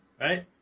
Right